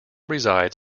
resides